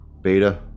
Beta